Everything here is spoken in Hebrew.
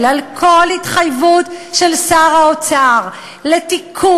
על כל התחייבות של שר האוצר לתיקון,